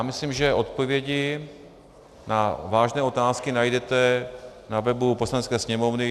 Myslím, že odpovědi na vážné otázky najdete na webu Poslanecké sněmovny.